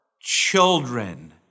children